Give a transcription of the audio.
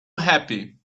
happy